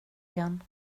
igen